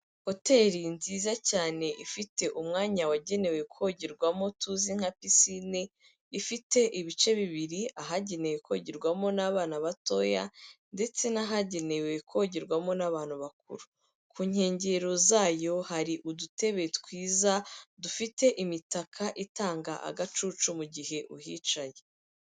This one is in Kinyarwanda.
Hoteli nziza cyane ifite umwanya wagenewe kogerwamo tuzi nka pisine, ifite ibice bibiri: ahagenewe kogerwamo n'abana batoya ndetse n'ahagenewe kogerwamo n'abantu bakuru. Ku nkengero zayo hari udutebe twiza, dufite imitaka itanga agacucu mu gihe uhicaye.